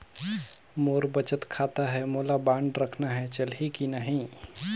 मोर बचत खाता है मोला बांड रखना है चलही की नहीं?